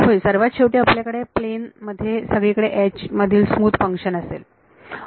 होय सर्वात शेवटी आपल्याकडे प्लेन मध्ये सगळीकडे मधील स्मुथ फंक्शन असेल